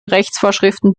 rechtsvorschriften